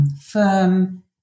firm